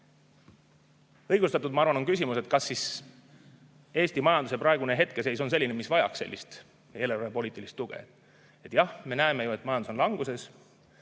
Õigustatud, ma arvan, on küsimus, kas Eesti majanduse praegune seis on selline, mis vajaks eelarvepoliitilist tuge. Jah, me näeme ju, et majandus on languses.